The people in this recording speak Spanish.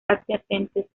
adyacentes